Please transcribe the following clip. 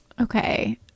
okay